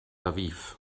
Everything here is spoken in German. aviv